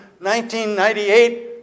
1998